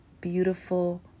beautiful